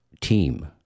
team